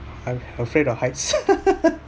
I'm afraid of heights